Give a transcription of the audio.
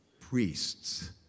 Priests